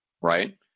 Right